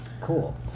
cool